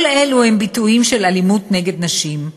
כל אלו הם ביטויים של אלימות נגד נשים.